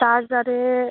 চার্জারে